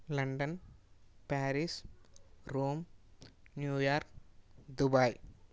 London Paris Rome New York Dubai